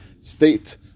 state